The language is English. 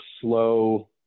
slow